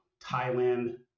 Thailand